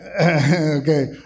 Okay